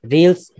Reels